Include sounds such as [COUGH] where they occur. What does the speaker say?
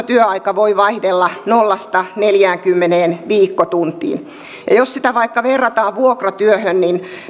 [UNINTELLIGIBLE] työaika voi vaihdella nollasta neljäänkymmeneen viikkotuntiin ja jos sitä verrataan vaikka vuokratyöhön